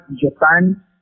Japan